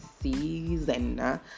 season